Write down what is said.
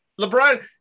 LeBron